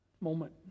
moment